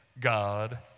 God